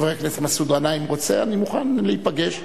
אם חבר הכנסת מסעוד גנאים רוצה, אני מוכן להיפגש.